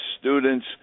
students